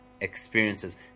experiences